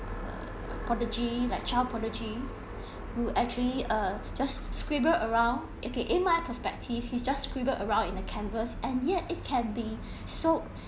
prodigy like child prodigy who actually err just scribbled around okay in my perspective he just scribbled around in a canvas and yet it can be sold